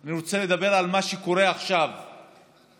אני רוצה לדבר על מה שקורה עכשיו באמת,